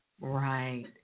Right